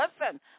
listen